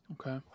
Okay